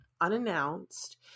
unannounced